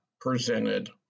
presented